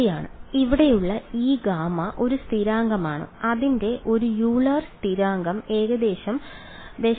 ശരിയാണ് ഇവിടെയുള്ള ഈ γ ഒരു സ്ഥിരാങ്കമാണ് അതിന്റെ ഒരു യൂലർ സ്ഥിരാങ്കം ഏകദേശം 0